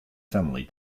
family